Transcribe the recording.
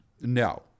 No